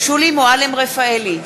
שולי מועלם-רפאלי,